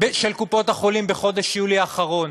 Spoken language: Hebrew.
של קופות-החולים בחודש יולי האחרון,